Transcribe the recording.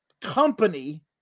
company